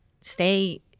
stay